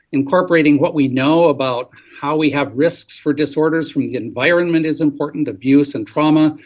incorporating what we know about how we have risks for disorders from the environment is important, abuse and trauma,